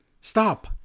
Stop